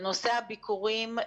בנושא הביקורים,